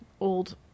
old